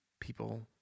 people